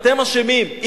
אתם אשמים.